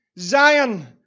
Zion